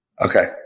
Okay